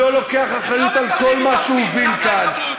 לא לוקח אחריות על כל מה שהוא הוביל כאן.